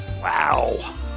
Wow